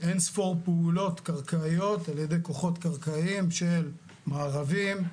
אין-ספור פעולות קרקעיות על ידי כוחות קרקעיים של מארבים,